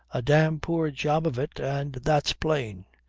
a dam' poor job of it and that's plain.